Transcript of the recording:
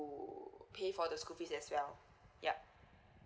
pay for the school fees as well yup